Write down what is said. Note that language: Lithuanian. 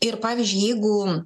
ir pavyzdžiui jeigu